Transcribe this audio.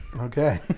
Okay